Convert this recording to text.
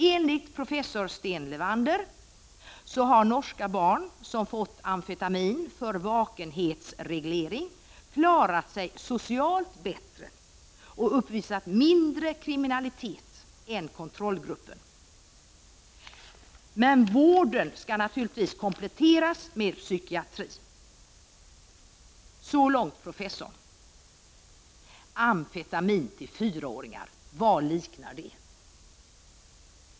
Enligt professorn Sten Levander har de norska barn som fått amfetamin för vakenhetsreglering klarat sig bättre socialt och uppvisat mindre kriminalitet än barn i kontrollgrupper. Enligt professorn skall vården kompletteras med psykiatri. Jag frågar mig hur man kan säga att amfetamin skall ges till fyraåringar.